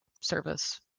service